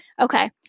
okay